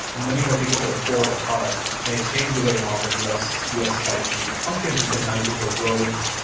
many more people could afford a car and it changed the way modern us us society can be functioned, because now you could build roads.